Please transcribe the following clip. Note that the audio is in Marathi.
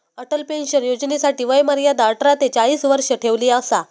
अटल पेंशन योजनेसाठी वय मर्यादा अठरा ते चाळीस वर्ष ठेवली असा